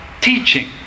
teaching